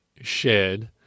shared